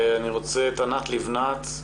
ענת לבנת,